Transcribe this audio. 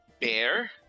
bear